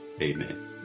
Amen